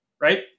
right